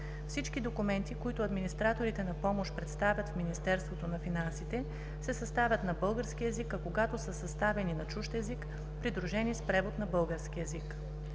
Всички документи, които администраторите на помощ представят в Министерството на финансите, се съставят на български език, а когато са съставени на чужд език – придружени с превод на български език.